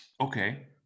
Okay